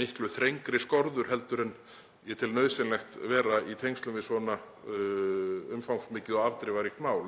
miklu þrengri skorður en ég tel nauðsynlegt vera í tengslum við svona umfangsmikið og afdrifaríkt mál,